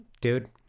dude